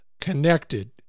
connected